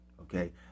okay